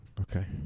Okay